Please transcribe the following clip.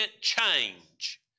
change